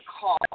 call